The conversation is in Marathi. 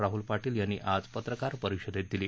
राहुल पाटील यांनी आज पत्रकार परिषदेत दिली